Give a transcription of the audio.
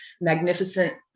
magnificent